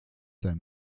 sein